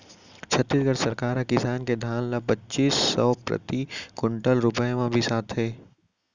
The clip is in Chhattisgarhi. छत्तीसगढ़ सरकार ह किसान के धान ल पचीस सव प्रति कोंटल रूपिया म बिसावत हे